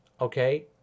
okay